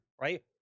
right